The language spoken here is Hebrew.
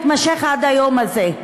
שעדיין נמשך עד היום הזה,